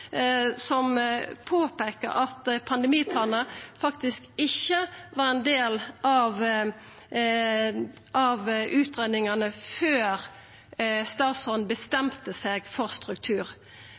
som påpeikar at pandemiplanar faktisk ikkje var ein del av utgreiingane før statsråden